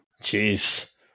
jeez